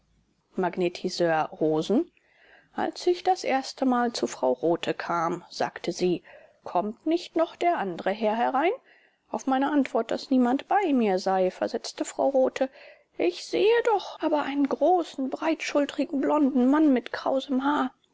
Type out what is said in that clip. magnetiseur rosen als ich das erstemal zu frau rothe kam sagte sie kommt nicht noch der andere herr herein auf meine antwort daß niemand bei mir sei versetzte frau rothe ich sehe doch aber einen großen breitschulterigen blonden mann mit krausem haar